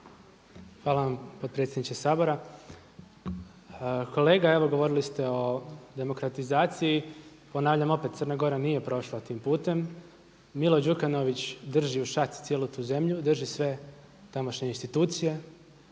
Hvala vam potpredsjedniče Sabora. Kolega evo govorili ste o demokratizaciji. Ponavljam opet, Crna Gora nije prošla tim putem. Milo Đukanović drži u šaci cijelu tu zemlju, drži sve tamošnje institucije